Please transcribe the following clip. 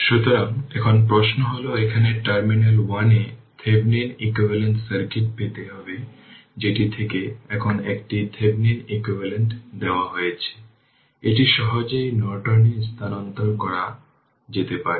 সুতরাং এখন প্রশ্ন হল এখানে টার্মিনাল 1 এ থেভেনিন ইকুইভ্যালেন্ট সার্কিট পেতে হবে যেটি থেকে এখন একটি থেভেনিন ইকুইভ্যালেন্ট দেওয়া হয়েছে এটি সহজেই নর্টনে স্থানান্তর করতে পারে